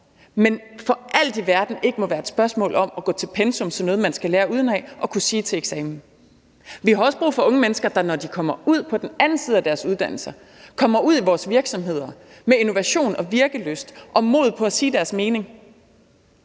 men for alt i verden må det ikke være et spørgsmål om at gå til pensum som noget, man skal lærer udenad for at kunne sige det til eksamen. Vi har også brug for unge mennesker, der, når de kommer ud på den anden side af deres uddannelse, kommer ud i vores virksomheder med innovation, virkelyst og mod på at sige deres mening.